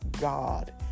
God